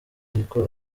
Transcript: ariko